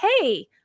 hey